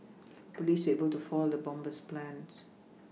police were able to foil the bomber's plans